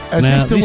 Now